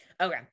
Okay